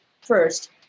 first